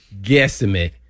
guesstimate